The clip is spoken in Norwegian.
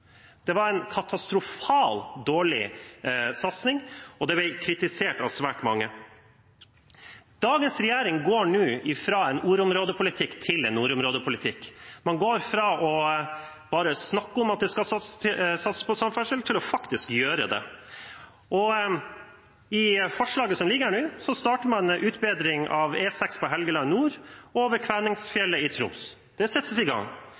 det rød-grønne statsbudsjettet. Det var en katastrofalt dårlig satsing, og den ble kritisert av svært mange. Dagens regjering går nå fra en ordområdepolitikk til en nordområdepolitikk. Man går fra bare å snakke om at det skal satses på samferdsel, til faktisk å gjøre det. I forslaget som ligger her nå, starter man utbedring av E6 på Helgeland nord over Kvænangsfjellet i Troms. Det settes i gang.